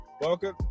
Welcome